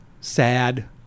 sad